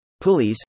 pulleys